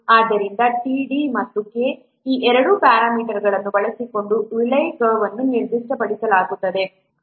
ಆದ್ದರಿಂದ td ಮತ್ತು K ಈ ಎರಡು ಪ್ಯಾರಾಮೀಟರ್ಗಳನ್ನು ಬಳಸಿಕೊಂಡು ರೇಲೈ ಕರ್ವ್ ಅನ್ನು ನಿರ್ದಿಷ್ಟಪಡಿಸಲಾಗುತ್ತದೆ